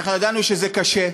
ידענו שזה קשה.